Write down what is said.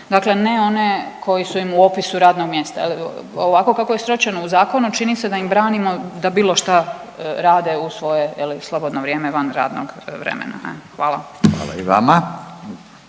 dakle ne oni koji su im u opisu radnog mjesta, je li, ovako kako je sročeno u zakonu, čini se da im branimo da bilo rade u svoje, je li, slobodno vrijeme van radnog vremena. Hvala. **Radin,